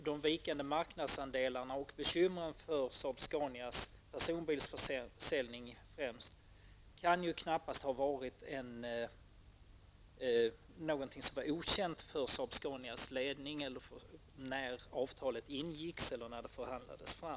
De vikande marknadsandelarna och bekymren med Saab-Scanias personbilsförsäljning kan knappast ha varit okända för Saab-Scanias ledning när avtalet ingicks eller förhandlades fram.